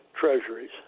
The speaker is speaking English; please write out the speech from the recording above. treasuries